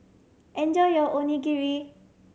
enjoy your Onigiri